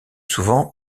souvent